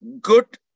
good